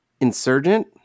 insurgent